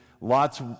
Lot's